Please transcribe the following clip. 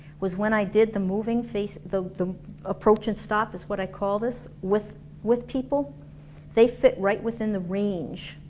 was when i did the moving the the approach and stop is what i call this with with people they fit right within the range,